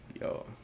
Yo